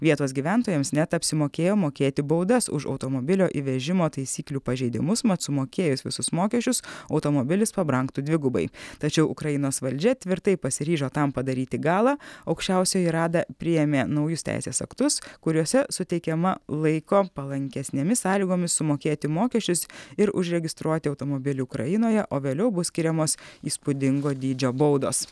vietos gyventojams net apsimokėjo mokėti baudas už automobilio įvežimo taisyklių pažeidimus mat sumokėjus visus mokesčius automobilis pabrangtų dvigubai tačiau ukrainos valdžia tvirtai pasiryžo tam padaryti galą aukščiausioji rada priėmė naujus teisės aktus kuriuose suteikiama laiko palankesnėmis sąlygomis sumokėti mokesčius ir užregistruoti automobilį ukrainoje o vėliau bus skiriamos įspūdingo dydžio baudos